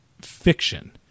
fiction